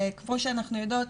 כמו שאנחנו יודעים,